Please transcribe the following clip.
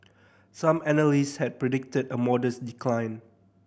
some analyst had predicted a modest decline